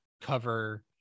cover